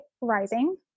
rising